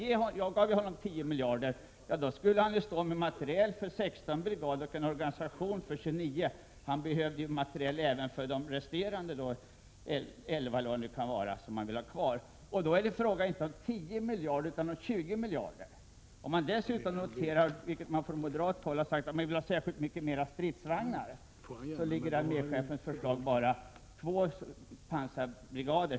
Om han fick dessa 10 miljarder i påslag skulle han ju stå med materiel för 16 brigader och en organisation för 27. Men han skulle behöva materiel även för de resterande 11 brigaderna. Då är det inte fråga om 10 miljarder utan om 20 miljarder i påslag. Från moderat håll har man sagt att man vill ha anskaffning av nya stridsvagnar. Men arméchefens förslag innebär bara två pansarbrigader.